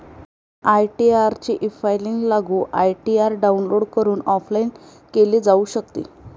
ITR चे efiling लागू ITR download करून ऑफलाइन केले जाऊ शकते